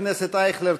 חבר הכנסת אייכלר,